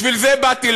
בשביל זה באתי.